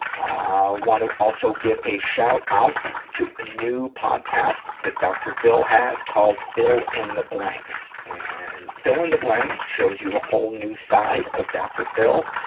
ah want to also give a shot-out to a new podcast that dr. phil has called phil in the blanks. and phil in the blanks shows you a whole new side of dr. phil.